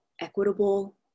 equitable